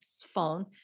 phone